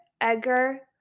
Edgar